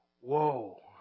Whoa